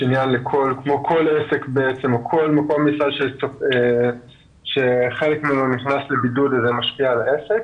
כמו כל עסק או כל מקום עבודה שחלק ממנו נכנס לבידוד וזה משפיע על העסק,